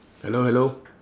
hello hello